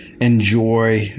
enjoy